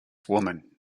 woman